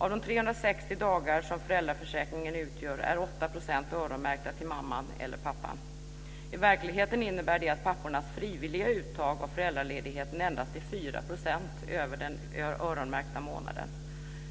Av de 360 dagar som föräldraförsäkringen utgör är 8 % öronmärkta för mamman eller pappan. I verkligheten innebär det att pappornas frivilliga uttag av föräldraledigheten endast är 4 % utöver den öronmärkta månaden.